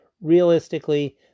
Realistically